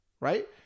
right